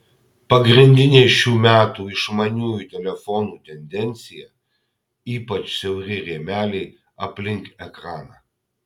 pagrindinė šių metų išmaniųjų telefonų tendencija ypač siauri rėmeliai aplink ekraną